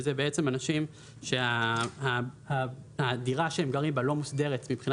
שזה בעצם אנשים שהדירה שהם גרים בה לא מוסדרת מבחינה